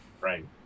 Right